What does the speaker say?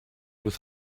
with